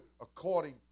according